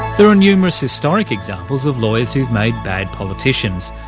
there are numerous historic examples of lawyers who've made bad politicians,